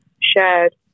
shared